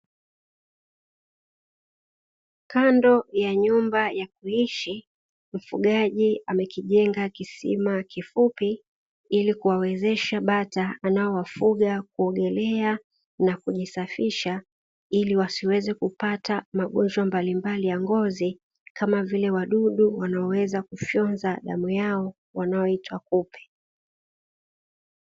Kando ya nyumba ya kuishi mfugaji amekijenga kisima kifupi; ili kuwezesha bata anaowafuga kuogelea na kujisafisha, ili wasiweze kupata magonjwa mbalimbali ya ngozi kama vile wadudu wanaoweza kufyonza damu yao wanaoitwa kupe.